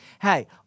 hey